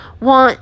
want